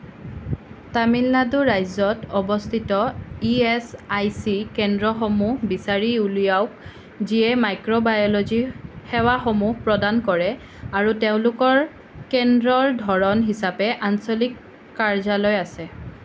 তামিলনাডু ৰাজ্যত অৱস্থিত E S I C কেন্দ্ৰসমূহ বিচাৰি উলিয়াওক যিয়ে মাইক্ৰোবায়'লজি সেৱাসমূহ প্ৰদান কৰে আৰু তেওঁলোকৰ কেন্দ্ৰৰ ধৰণ হিচাপে আঞ্চলিক কাৰ্যালয় আছে